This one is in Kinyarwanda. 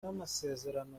n’amasezerano